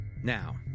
Now